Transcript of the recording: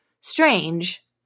strange